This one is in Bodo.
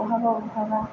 बहाबा बहाबा